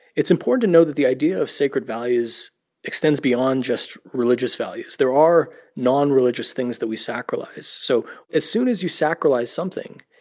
it's important to know that the idea of sacred values extends beyond just religious values. there are nonreligious things that we sacralize. so as soon as you sacralize something,